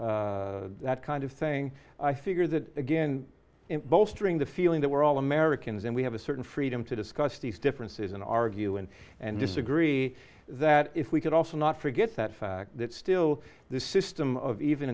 that kind of thing i figure that again in bolstering the feeling that we're all americans and we have a certain freedom to discuss these differences and argue and and disagree that if we could also not forget that fact that still the system of even